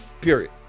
period